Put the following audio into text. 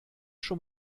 schon